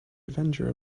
avenger